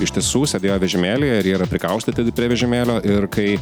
iš tiesų sėdėjo vežimėlyje ir jie yra prikaustyti prie vežimėlio ir kai